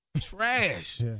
Trash